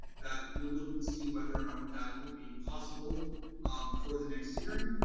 that we look and see whether or not that would be possible for the next hearing,